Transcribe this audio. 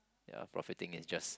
yeah profiting is just